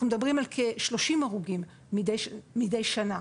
אנחנו מדברים על כ-30 הרוגים מדי שנה